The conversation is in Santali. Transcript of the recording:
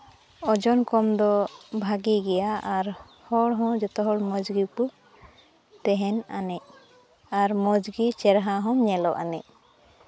ᱳᱡᱚᱱ ᱠᱚᱢ ᱫᱚ ᱵᱷᱟᱹᱜᱤ ᱜᱮᱭᱟ ᱟᱨ ᱦᱚᱲ ᱦᱚᱸ ᱡᱚᱛᱚ ᱦᱚᱲ ᱢᱚᱡᱽ ᱜᱮᱠᱚ ᱛᱮᱦᱮᱱ ᱟᱱᱮᱡ ᱟᱨ ᱢᱚᱡᱽ ᱜᱮ ᱪᱮᱨᱦᱟ ᱦᱚᱸᱢ ᱧᱮᱞᱚᱜ ᱟᱱᱤᱡ